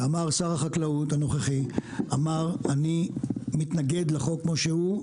שר החקלאות הנוכחי אמר אני מתנגד לחוק כמו שהוא,